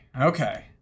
Okay